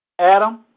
Adam